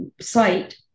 site